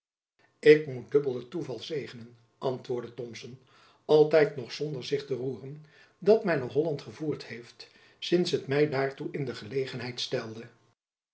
ik moet dubbel het toeval zegenen antwoordde thomson altijd nog zonder zich te roeren dat my naar holland gevoerd heeft sinds het my daartoe in de gelegenheid stelde